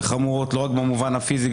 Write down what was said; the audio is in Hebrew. לא רק במובן הפיזי,